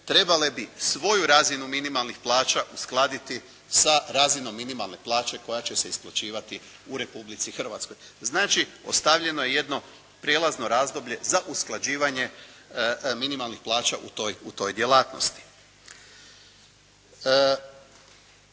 trebale su svoju razinu minimalnih plaća uskladiti sa razinom minimalne plaće koja će se isplaćivati u Republici Hrvatskoj. Znači ostavljeno je jedno prijelazno razdoblje za usklađivanje minimalnih plaća u toj djelatnosti.